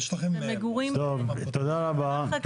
תודה רבה.